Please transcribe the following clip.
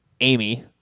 Amy